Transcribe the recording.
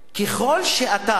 ככל שאתה,